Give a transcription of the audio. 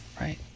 Right